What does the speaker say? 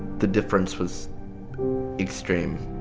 the difference was extreme.